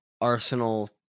Arsenal